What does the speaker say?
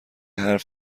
حرف